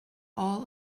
all